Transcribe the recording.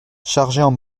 chargeaient